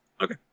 Okay